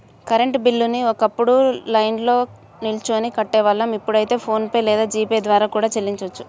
current బిల్లుని ఒకప్పుడు లైన్లో నిల్చొని కట్టేవాళ్ళం ఇప్పుడైతే ఫోన్ పే లేదా జీ పే ద్వారా కూడా చెల్లించొచ్చు